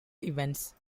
events